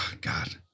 God